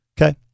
Okay